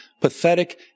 pathetic